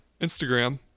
Instagram